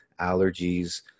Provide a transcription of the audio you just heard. allergies